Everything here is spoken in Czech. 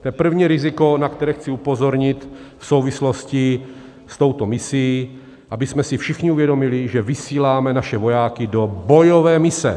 To je první riziko, na které chci upozornit v souvislosti s touto misí, abychom si všichni uvědomili, že vysíláme naše vojáky do bojové mise.